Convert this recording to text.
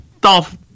Dolph